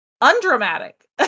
undramatic